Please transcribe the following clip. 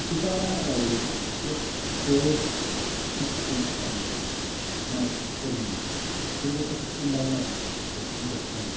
شِکارا رایڈِ سۭتۍ چھِ تِم پَنُن مَزٕ تُلان تہٕ لطف اندوز چھِ گَژھان